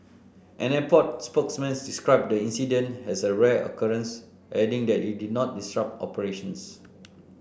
an airport spokesman described the incident as a rare occurrence adding that it did not disrupt operations